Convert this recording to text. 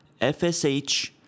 fsh